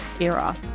era